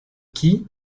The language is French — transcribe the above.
qui